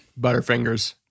Butterfingers